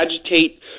agitate